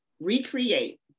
recreate